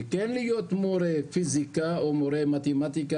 וכן להיות מורה לפיזיקה או מורה למתמטיקה